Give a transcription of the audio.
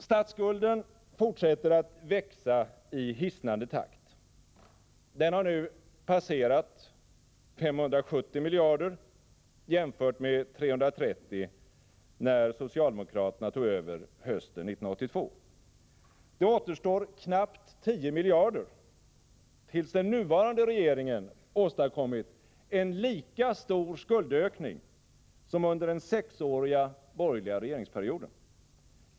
Statsskulden fortsätter att växa i hisnande takt. Den har nu passerat 570 miljarder jämfört med 330 när socialdemokraterna tog över hösten 1982. Det återstår knappt 10 miljarder tills den nuvarande regeringen åstadkommit en lika stor skuldökning som under den sexåriga borgerliga regeringsperioden.